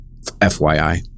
FYI